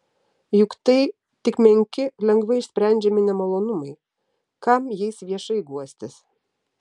juk tai tik menki lengvai išsprendžiami nemalonumai kam jais viešai guostis